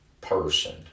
person